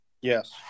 Yes